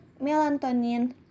melatonin